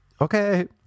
okay